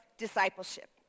discipleship